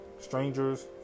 strangers